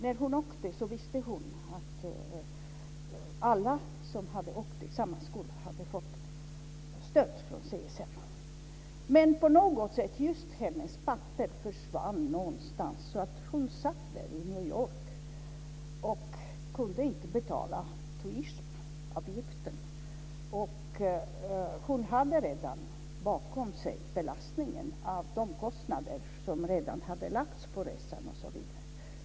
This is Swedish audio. När hon åkte visste hon att alla som hade åkt till samma skola hade fått stöd från CSN. Men på något sätt försvann just hennes papper någonstans, så hon satt i New York och kunde inte betala tuition - avgiften. Hon hade bakom sig belastningen av omkostnader som redan hade kommit av resan, osv.